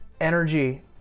energy